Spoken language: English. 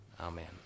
amen